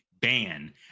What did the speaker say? ban